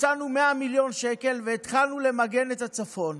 מצאנו 100 מיליון שקל והתחלנו למגן את הצפון.